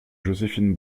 joséphine